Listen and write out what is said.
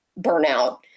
burnout